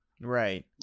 Right